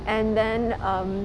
and then um